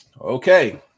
okay